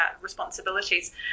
responsibilities